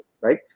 right